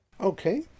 Okay